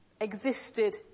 existed